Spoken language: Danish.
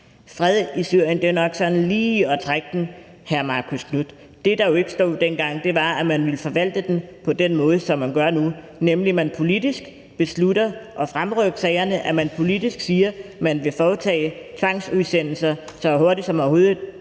Fred i Syrien er nok sådan lige at stramme den, hr. Marcus Knuth. Det, der jo ikke stod dengang, var, at man ville forvalte lovgivningen på den måde, som man gør nu, nemlig ved at man politisk beslutter at fremrykke sagerne, og at man politisk siger, at man vil foretage tvangsudsendelser så hurtigt, som det overhovedet